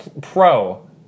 pro